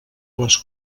les